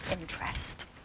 interest